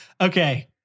Okay